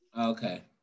Okay